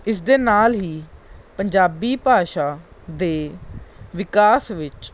ਇਸ ਦੇ ਨਾਲ ਹੀ ਪੰਜਾਬੀ ਭਾਸ਼ਾ ਦੇ ਵਿਕਾਸ ਵਿੱਚ